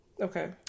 Okay